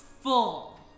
full